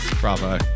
Bravo